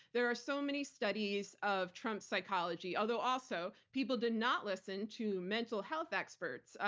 there are so many studies of trump's psychology. although also, people did not listen to mental health experts.